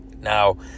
Now